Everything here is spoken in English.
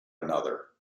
another